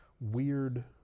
weird